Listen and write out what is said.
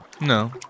No